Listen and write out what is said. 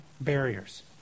barriers